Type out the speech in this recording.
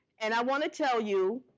and i want to tell you,